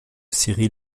syrie